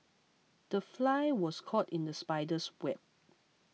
the fly was caught in the spider's web